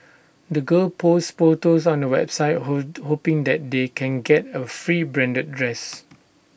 the girls posts photos on the website hoping that they can get A free branded dress